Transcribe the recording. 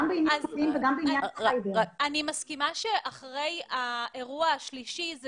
אני מסכימה שאחרי האירוע השלישי זה